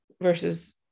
versus